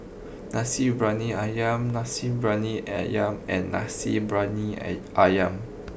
Nasi Briyani Ayam Nasi Briyani Ayam and Nasi Briyani Ayam